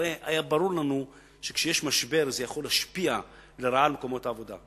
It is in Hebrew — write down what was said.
הרי ברור לנו שכשיש משבר זה יכול להשפיע לרעה על מקומות העבודה.